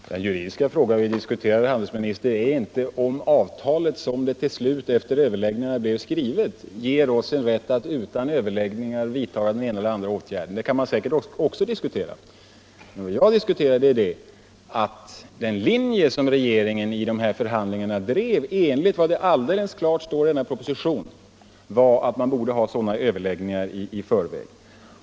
Herr talman! Den juridiska fråga vi diskuterar, herr handelsminister, är inte en fråga om huruvida avtalet, så som det till slut efter överläggningar blev skrivet, ger oss rätt att utan överläggningar vidta den ena eller den andra åtgärden. —- Också detta kan man säkert diskutera, men vad jag tog upp var att den linje som regeringen vid dessa förhandlingar drev, enligt vad som alldeles klart står att läsa i denna proposition, var att man borde ha sådana överläggningar i förväg.